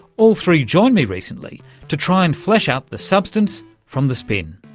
all three joined me recently to try and flesh out the substance from the spin.